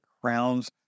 crowns